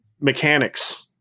Mechanics